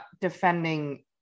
defending